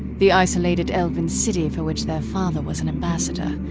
the isolated elven city for which their father was an ambassador.